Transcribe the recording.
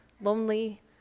lonely